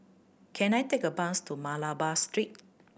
can I take a bus to Malabar Street